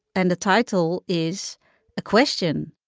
and the title is a question,